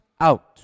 out